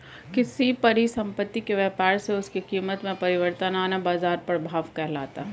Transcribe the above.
किसी परिसंपत्ति के व्यापार से उसकी कीमत में परिवर्तन आना बाजार प्रभाव कहलाता है